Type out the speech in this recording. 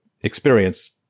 experience